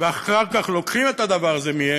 ואחר כך לוקחים את הדבר הזה מהן,